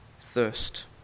thirst